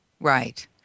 Right